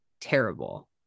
Terrible